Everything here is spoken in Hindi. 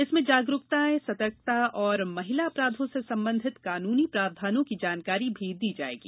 इसमें जागरुकताए सतर्कता और महिला अपराधों से संबंधित कानूनी प्रावधानों की जानकारी भी दी जाएगी